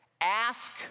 Ask